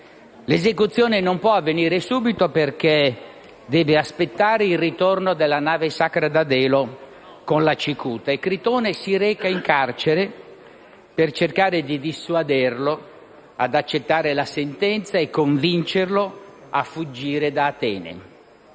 L'esecuzione non può avvenire subito perché deve aspettare il ritorno della nave sacra da Delo con la cicuta. Critone si reca in carcere per cercare di dissuaderlo ad accettare la sentenza e convincerlo a fuggire da Atene.